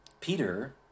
Peter